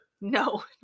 No